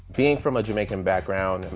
being from a jamaican background,